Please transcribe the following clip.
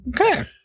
Okay